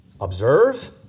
observe